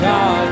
God